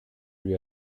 lui